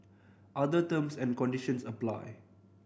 other terms and conditions apply